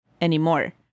anymore